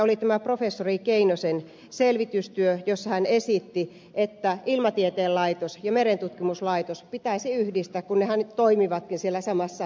oli tämä professori keinosen selvitystyö jossa hän esitti että ilmatieteen laitos ja merentutkimuslaitos pitäisi yhdistää kun nehän nyt toimivatkin siellä samassa talossa